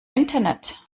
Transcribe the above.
internet